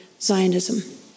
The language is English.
Zionism